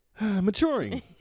Maturing